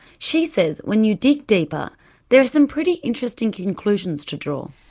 she says when you dig deeper there are some pretty interesting conclusions to draw.